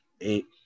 eight